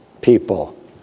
people